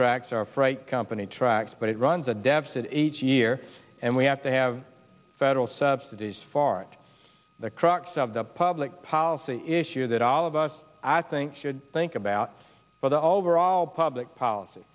tracks are freight company tracks but it runs a deficit each year and we have to have federal subsidies far and the crux of the public policy issue that all of us i think should think about for the overall public policy